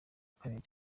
kabiri